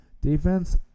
defense